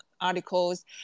articles